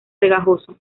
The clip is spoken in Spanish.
pegajoso